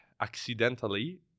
accidentally